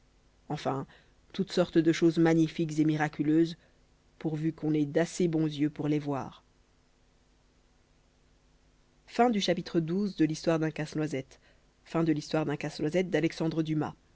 enfin toutes sortes de choses magnifiques et miraculeuses pourvu qu'on ait d'assez bons yeux pour les voir